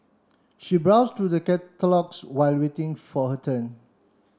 she browsed through the while waiting for her turn